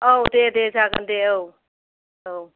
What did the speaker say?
औ दे दे जागोन दे औ औ